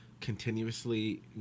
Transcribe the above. continuously